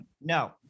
no